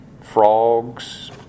frogs